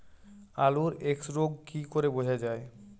আলুর এক্সরোগ কি করে বোঝা যায়?